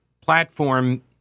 platform